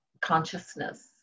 consciousness